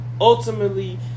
ultimately